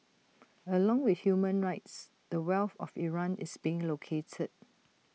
along with human rights the wealth of Iran is being looted